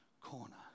corner